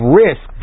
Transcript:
risk